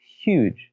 huge